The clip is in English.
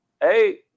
Hey